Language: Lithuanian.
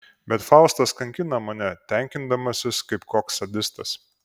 bet faustas kankina mane tenkindamasis kaip koks sadistas